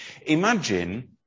Imagine